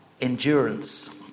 endurance